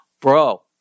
bro